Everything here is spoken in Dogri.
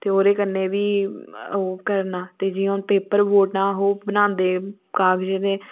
ते ओहदे कन्नै बी ओह् करना जियां हून पेपर बोटां ओह् बनादे कागजे दे